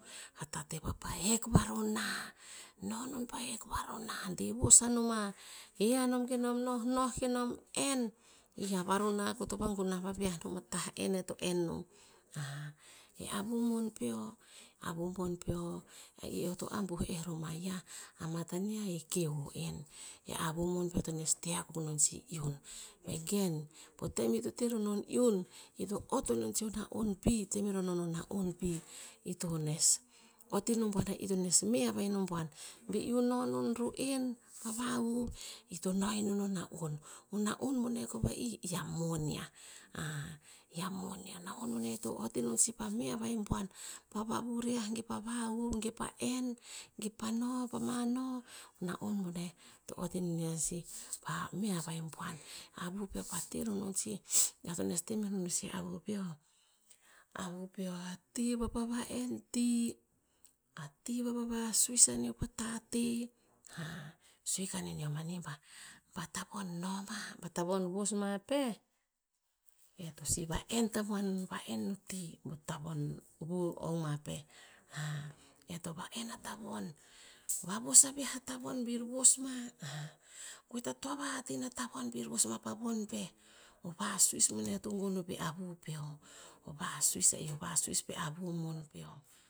A tate vapa hek varona, no non pa hek varona, devos anoma, he anom kenom nonoh kenom en. I varona koto vagunah vaviah non pa tah en, eto en nom. E avu mon peo, avu mon peo e i, eoto abuh eh romaiah, amatania he keho en. E avu mon peo to nes te akuk onon sih iun. Vegen po tem ito te ronon iun, ito ot onon sih o na'on pi, temeronon o na'on pi. I tones oti noboan veh i tones mehama inoboan. Bi iu non ru'en pa vahuv, ito no inon o na'on, ona'on boneh kova'ih, ia moniah. ia moniah. Na'on boneh to ot inon sih pa me hava iboan, pa vavuriah, ge pa vahuv, ge pa'en, ge pa no pama no, na'on boneh, to ot inon iah sih pame avahibuan. Avu peo pa te ronon sih, eoto nes temronosih avu peo, avu peo a ti vapa en ti, a ti vapa vasuis aneo pa tate, sue kaneo manih bah, ba tavon noma, ba tavon vos ma peh, etosih va'en tamoan, va'en o ti, ba tavon vu ong ma peh. E to va'en a tavon, vavos aviah a tavon bir vos ma goe ta toa vahat ina tavon bir vos mapa von peh. O vasuis boneh eoto gono pe avu peo, o vasuis va'ih o vasuis pe avu mon peo